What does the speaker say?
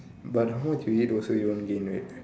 but how much you eat also you won't gain right